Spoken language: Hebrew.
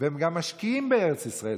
והם גם משקיעים בארץ ישראל,